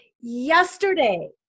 yesterday